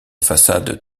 façades